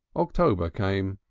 october came.